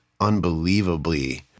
unbelievably